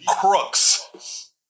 crooks